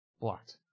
Blocked